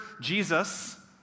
Jesus